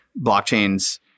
blockchains